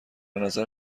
نظر